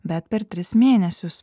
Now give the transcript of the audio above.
bet per tris mėnesius